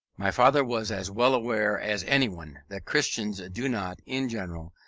my father was as well aware as anyone that christians do not, in general,